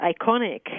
iconic